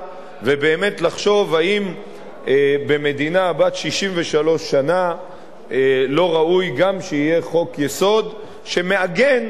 ובאמת לחשוב אם במדינה בת 63 שנה לא ראוי שיהיה גם חוק-יסוד שמעגן